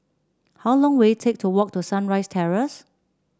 how long will it take to walk to Sunrise Terrace